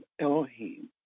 Elohim